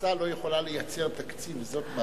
המועצה לא יכולה לייצר תקציב, זאת בעיה.